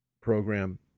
program